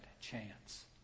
chance